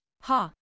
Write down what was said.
Ha